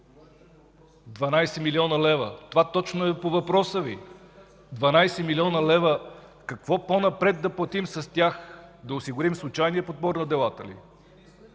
милиона лева. Това е точно по въпроса Ви – 12 млн. лв. Какво по-напред да платим с тях?! Да осигурим случайния подбор на делата ли?